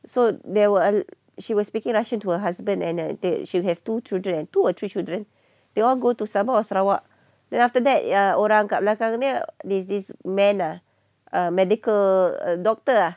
so there were err she was speaking russian to her husband and dia she have two children two or three children they all go to sabah or sarawak then after that yang orang kat belakang dia there's this man ah err medical doctor